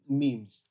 memes